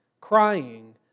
crying